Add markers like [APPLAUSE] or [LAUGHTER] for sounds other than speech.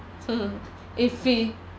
[LAUGHS] iffy